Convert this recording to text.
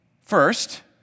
First